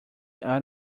out